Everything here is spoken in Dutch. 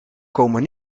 komen